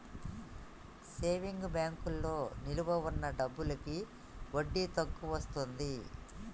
saving బ్యాంకులో నిలవ ఉన్న డబ్బులకి వడ్డీ తక్కువొస్తది